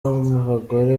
w’abagore